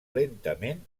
lentament